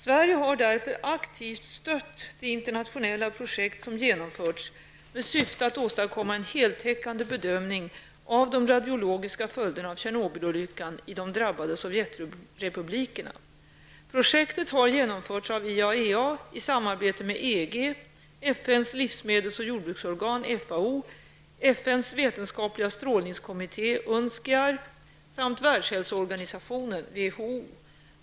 Sverige har därför aktivt stött det internationella projekt som genomförts med syfte att åstadkomma en heltäckande bedömning av de radiologiska följderna av Tjernobylolyckan i de drabbade Sovjetrepublikerna. Projektet har genomförts av IAEA i samarbete med EG, FNs livsmedels och jordbruksorgan, FAO, FNs vetenskapliga strålningskommitté, UNSCEAR, samt världshälsoorganisationen, WHO.